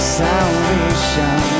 salvation